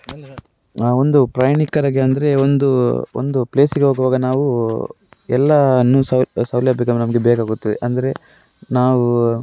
ಒಂದು ಪ್ರಯಾಣಿಕರಿಗೆ ಅಂದರೆ ಒಂದು ಒಂದು ಪ್ಲೇಸಿಗೆ ಹೋಗುವಾಗ ನಾವು ಎಲ್ಲವನ್ನು ಸೌಲಭ್ಯಗಳು ನಮಗೆ ಬೇಕಾಗುತ್ತದೆ ಅಂದರೆ ನಾವು